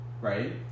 right